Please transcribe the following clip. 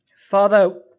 Father